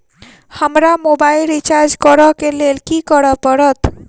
हमरा mobile recharge करऽ केँ लेल की करऽ पड़त?